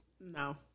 No